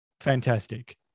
fantastic